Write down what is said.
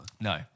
No